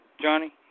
Johnny